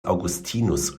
augustinus